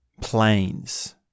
planes